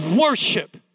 Worship